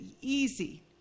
easy